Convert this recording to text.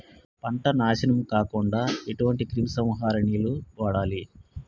పంట నాశనం కాకుండా ఎటువంటి క్రిమి సంహారిణిలు వాడాలి?